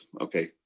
okay